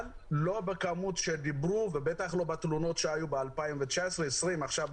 אבל לא בכמות שדיברו ובטח לא בתלונות שהיו ב-2019-2020 ועכשיו,